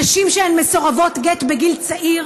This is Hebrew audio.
נשים שהן מסורבות גט בגיל צעיר